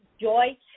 joy